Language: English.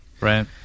right